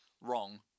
wrong